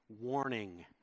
warning